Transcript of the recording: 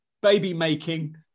baby-making